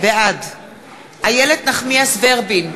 בעד איילת נחמיאס ורבין,